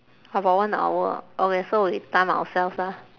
about one hour okay so we time ourselves lah